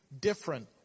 different